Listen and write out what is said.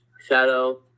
Shadow